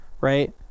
right